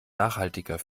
nachhaltiger